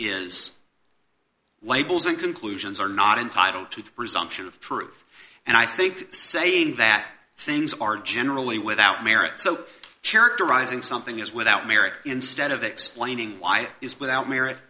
is labels and conclusions are not entitled to the presumption of truth and i think saying that things are generally without merit so characterizing something is without merit instead of explaining why it is without merit